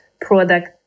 product